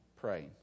praying